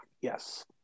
Yes